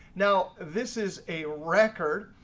now this is a record.